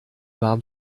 warm